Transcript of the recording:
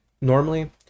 normally